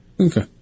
Okay